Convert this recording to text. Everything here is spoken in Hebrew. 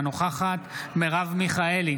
אינה נוכחת מרב מיכאלי,